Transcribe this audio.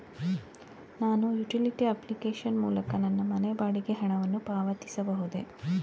ನಾನು utility application ಮೂಲಕ ನನ್ನ ಮನೆ ಬಾಡಿಗೆ ಹಣವನ್ನು ಪಾವತಿಸಬಹುದೇ?